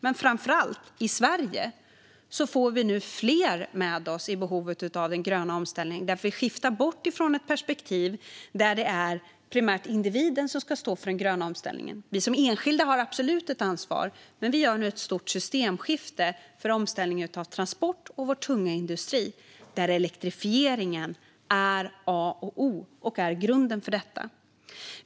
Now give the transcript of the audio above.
Men framför allt i Sverige får vi nu fler med oss när det gäller behovet av den gröna omställningen därför att vi skiftar från ett perspektiv där det primärt är individen som ska stå för den gröna omställningen. Vi som enskilda personer har absolut ett ansvar. Men vi gör nu ett stort systemskifte i fråga om omställningen av transporter och vår tunga industri där elektrifieringen är A och O och grunden för detta.